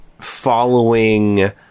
following